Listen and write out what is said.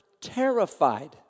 terrified